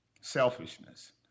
Selfishness